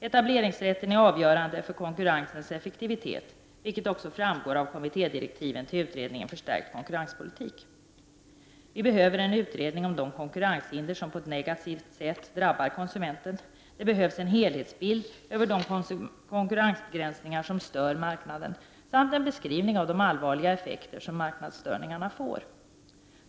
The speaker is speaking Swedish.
Etableringsrätten är avgörande för konkurrensens effektivitet, vilket också framgår av kommittédirektiven till utredningen Förstärkt konkurrenspolitik. Vi behöver en utredning om de konkurrenshinder som på ett negativt sätt drabbar konsumenten. Det behövs en helhetsbild över de konkurrensbegränsningar som stör marknaden samt en beskrivning av de allvarliga effekter som marknadsstörningarna får.